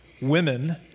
women